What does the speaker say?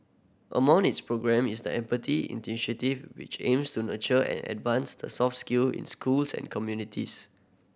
among its programme is the Empathy Initiative which aims to nurture and advance the soft skill in schools and communities